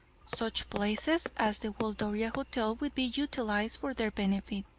such places as the waldoria hotel will be utilized for their benefit,